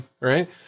right